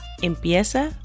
Empieza